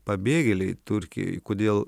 pabėgėliai turkijoj kodėl